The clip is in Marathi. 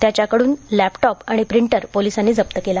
त्याच्याकडून लॅपटॉप आणि प्रिंटर पोलिसांनी जप्त केला